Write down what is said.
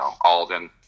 Alden